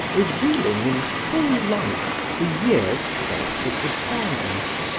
revealing in full light the years spent with the fathers.